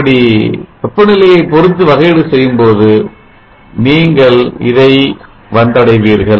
அப்படி வெப்பநிலையைப் பொறுத்து வகையீடு செய்யும்போது நீங்கள் இதை dlnI0 m VGO dT T nTVT வந்தடைவீர்கள்